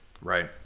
Right